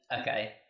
okay